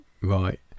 Right